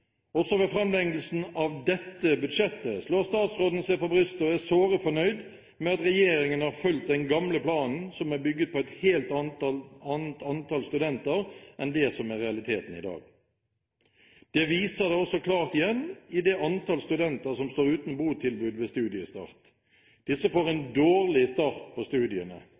Også ved fremleggelsen av dette budsjettet slår statsråden seg på brystet og er såre fornøyd med at regjeringen har fulgt den gamle planen, som er bygd på et helt annet antall studenter enn det som er realiteten i dag. Det viser da også klart, igjen, det antall studenter som står uten botilbud ved studiestart. Disse får en dårlig start på studiene